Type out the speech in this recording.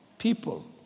people